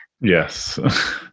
Yes